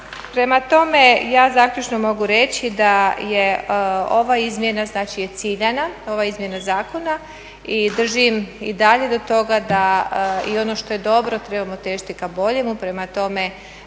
Prema tome, ja zaključno mogu reći daje ova izmjena je ciljana, ova izmjena zakona i držim i dalje do toga da i ono što je dobro trebamo težiti k boljemu. Prema tome